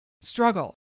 struggle